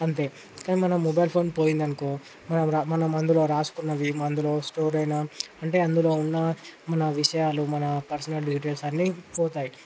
అంతే కానీ మన మొబైల్ ఫోన్ పోయిందనుకో మన మనం అందులో రాసుకున్నవి ఇందులో స్టోర్ అయిన అంటే అందులో ఉన్న మన విషయాలు మన పర్సనల్ డీటెయిల్స్ అన్నీ పోతాయి